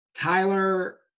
Tyler